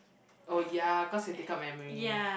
oh ya cause they take up memory